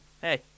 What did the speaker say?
hey